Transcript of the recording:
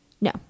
No